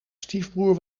stiefbroer